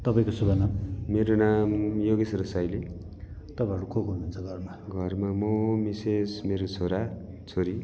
तपैको शुभ नाम मेरो नाम योगेश रसाइली तपाईँहरू को को हुनहुन्छ घरमा घरमा म मिसेस मेरो छोरा छोरी